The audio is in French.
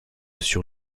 sur